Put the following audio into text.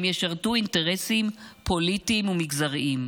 הם ישרתו אינטרסים פוליטיים ומגזריים.